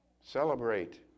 Celebrate